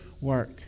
work